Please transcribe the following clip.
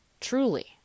Truly